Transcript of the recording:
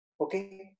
Okay